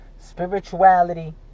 Spirituality